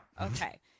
Okay